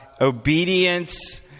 obedience